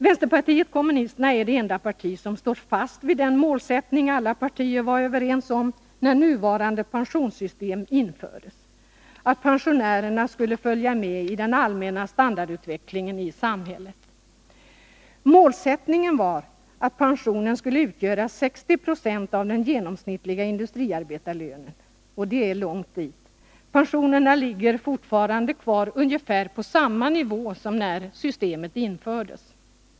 Vänsterpartiet kommunisterna är det enda parti som står fast vid den målsättning alla partier var överens om när nuvarande pensionssystem infördes: att pensionärerna skulle följa med i den allmänna standardutvecklingen i samhället. Målsättningen var att pensionen skulle utgöra 60 960 av den genomsnittliga industriarbetarlönen. Det är långt dit, pensionerna ligger fortfarande kvar på ungefär samma nivå som när systemet infördes.